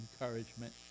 encouragement